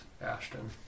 Ashton